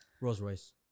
Rolls-Royce